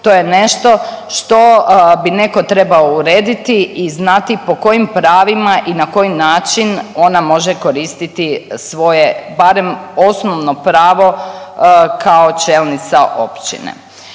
to je nešto što bi neko trebao urediti i znati po kojim pravima i na koji način ona može koristiti svoje barem osnovno pravo kao čelnica općine.